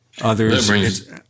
others